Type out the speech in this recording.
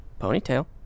Ponytail